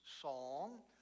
song